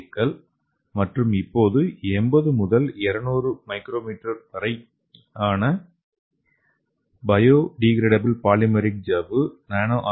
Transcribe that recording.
க்கள் மற்றும் இப்போது 80 முதல் 200 µm வரையிலான அளவிலான பயோடீகிரேடபிள் பாலிமெரிக் சவ்வு நானோ ஆர்